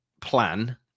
plan